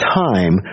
time